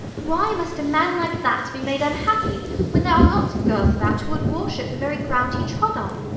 why must a man like that be made unhappy when there are lots of girls about who would worship the very ground he trod on?